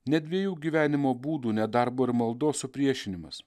ne dviejų gyvenimo būdų ne darbo ir maldos supriešinimas